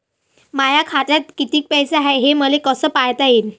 माया खात्यात कितीक पैसे हाय, हे मले कस पायता येईन?